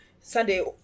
Sunday